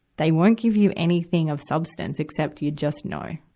they won't give you anything of substance except you just know,